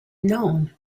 known